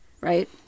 Right